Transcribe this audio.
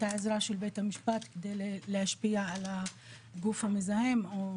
העזרה של בית המשפט כדי להשפיע על הגוף המזהם או